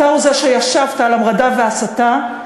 אתה הוא שישב על המרדה והסתה,